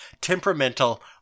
temperamental